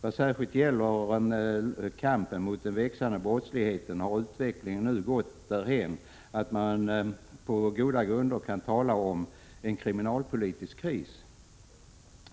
Vad särskilt gäller kampen mot den växande brottsligheten har utvecklingen nu nått därhän att man på goda grunder kan tala om en kriminalpolitik i kris.